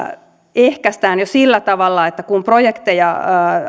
ehkäistään jo sillä tavalla että kun projekteja